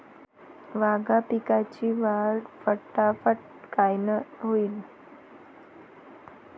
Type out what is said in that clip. वांगी पिकाची वाढ फटाफट कायनं होईल?